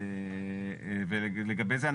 לגבי זה,